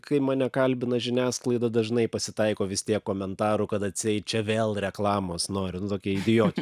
kai mane kalbina žiniasklaida dažnai pasitaiko vis tiek komentarų kad atseit čia vėl reklamos nori nu tokie idiotiški